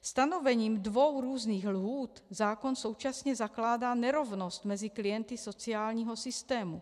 Stanovením dvou různých lhůt zákon současně zakládá nerovnost mezi klienty sociálního systému.